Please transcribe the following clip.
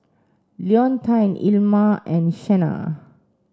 Leontine Ilma and Shenna